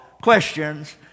questions